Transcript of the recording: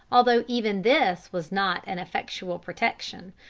although even this was not an effectual protection,